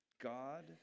God